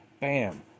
Bam